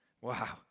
Wow